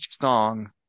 song